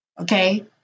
okay